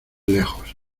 lejos